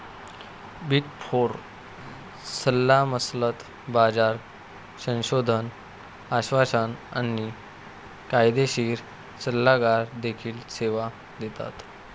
big Four सल्लामसलत, बाजार संशोधन, आश्वासन आणि कायदेशीर सल्लागार देखील सेवा देतात